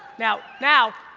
now now,